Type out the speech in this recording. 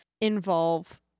involve